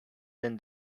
than